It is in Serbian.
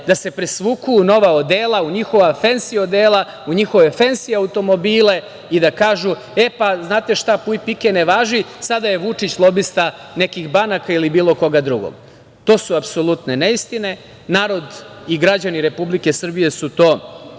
da se presvuku u nova odela, u njihova fensi odela, u njihove fensi automobile i da kažu – e, pa, znate šta, puj, pike ne važi, sada je Vučić lobista nekih banaka, ili bilo koga drugog. To su apsolutne neistine. Narod i građani Republike Srbije su to i